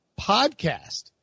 podcast